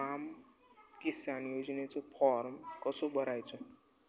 स्माम किसान योजनेचो फॉर्म कसो भरायचो?